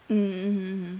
mm mm mm mm